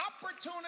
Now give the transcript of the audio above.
opportunity